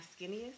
skinniest